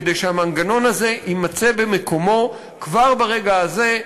כדי שהמנגנון הזה יימצא במקומו כבר ברגע הזה,